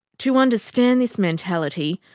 to understand this mentality,